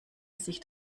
sich